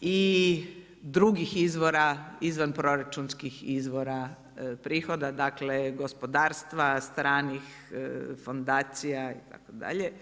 i drugih izbora izvan proračunskih izvora prihoda, dakle gospodarstva, stranih fondacija itd.